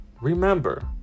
Remember